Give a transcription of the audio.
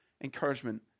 encouragement